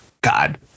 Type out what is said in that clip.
God